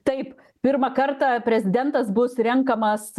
taip pirmą kartą prezidentas bus renkamas